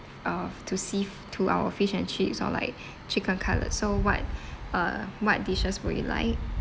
uh f~ to seaf~ to our fish and chips or like chicken cutlet so what uh what dishes would you like